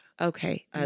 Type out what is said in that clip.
Okay